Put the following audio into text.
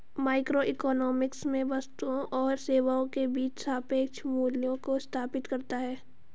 microeconomics में वस्तुओं और सेवाओं के बीच सापेक्ष मूल्यों को स्थापित करता है